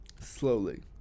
Slowly